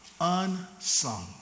Unsung